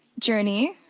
journey.